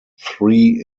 three